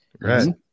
right